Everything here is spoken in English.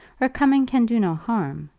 her coming can do no harm.